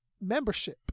membership